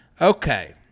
Okay